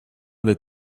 des